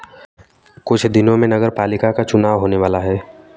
कुछ दिनों में नगरपालिका का चुनाव होने वाला है